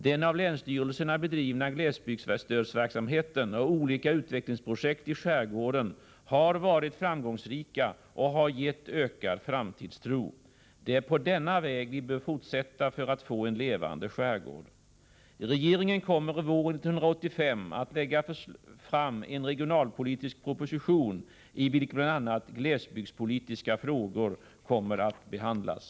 Den av länsstyrelserna bedrivna glesbygdsstödsverksamheten och olika utvecklingsprojekt i skärgården har varit framgångsrika och har gett ökad framtidstro. Det är på denna väg vi bör fortsätta för att få en levande skärgård. Regeringen kommer våren 1985 att lägga fram en regionalpolitisk proposition i vilken bl.a. glesbygdspolitiska frågor kommer att behandlas.